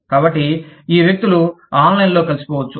కాబట్టి ఈ వ్యక్తులు ఆన్లైన్లో కలిసిపోవచ్చు